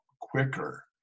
quicker